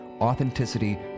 authenticity